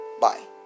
bye